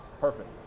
Perfect